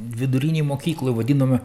vidurinėj mokykloj vadiname